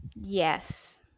yes